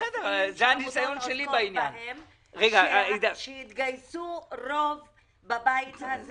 נושאים שעמותות עוסקות בהם שהתגייסו רוב בבית הזה